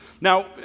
Now